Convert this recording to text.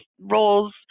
roles